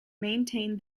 maintain